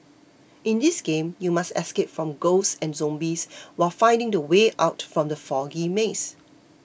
in this game you must escape from ghosts and zombies while finding the way out from the foggy maze